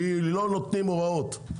שלא נותנים הוראות.